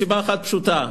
מסיבה אחת פשוטה,